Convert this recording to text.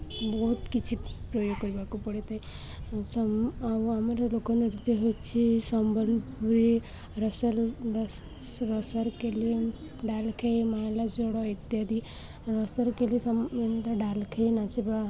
ବହୁତ କିଛି ପ୍ରୟୋଗ କରିବାକୁ ପଡ଼ିଥାଏ ଆଉ ଆମର ଲୋକନୃତ୍ୟ ହେଉଛି ସମ୍ବଲପୁରୀ ରସରକେଲି ଡାଲଖାଇ ମାଏଲାଜଡ଼ ଇତ୍ୟାଦି ରସରକେଲି ଯେମିତି ଡାଲଖାଈ ନାଚିବା